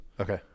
Okay